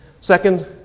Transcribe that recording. Second